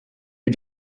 you